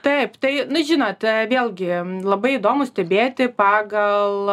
taip tai na žinot vėlgi labai įdomu stebėti pagal